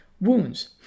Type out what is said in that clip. wounds